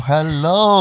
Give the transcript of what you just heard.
Hello